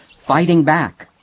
fighting back.